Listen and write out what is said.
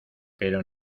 pero